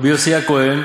ורבי יוסי הכוהן,